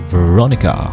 Veronica